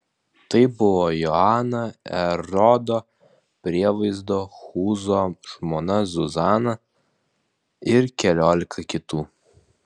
tai buvo joana erodo prievaizdo chūzo žmona zuzana ir keliolika kitų